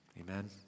Amen